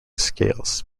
scales